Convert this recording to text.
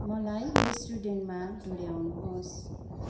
मलाई रेस्टुरेन्टमा डोऱ्याउनुहोस्